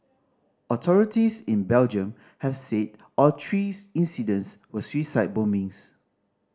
authorities in Belgium have said all three incidents were suicide bombings